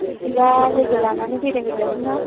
बिदिबा लोगो लानानै बेरायहैजागोन ना